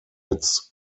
its